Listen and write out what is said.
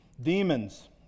demons